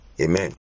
Amen